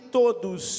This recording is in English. todos